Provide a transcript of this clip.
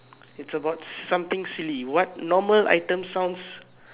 it's about something silly what normal item sounds